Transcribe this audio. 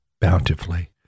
bountifully